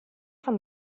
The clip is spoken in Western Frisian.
fan